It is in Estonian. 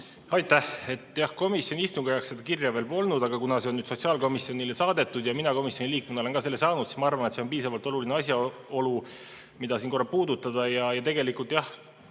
Aitäh! Jah, komisjoni istungi ajaks seda kirja veel polnud, aga kuna see on sotsiaalkomisjonile saadetud ja mina komisjoni liikmena olen ka selle saanud, siis ma arvan, et see on piisavalt oluline asjaolu, mida siin korra puudutada. Tegelikult jah,